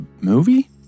movie